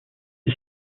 est